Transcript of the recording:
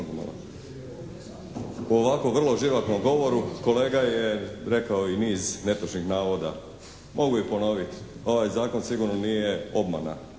u ovako vrlo živahnom govoru, kolega je rekao i niz netočnih navoda. Mogu i ponoviti. Ovaj zakon sigurno nije obmana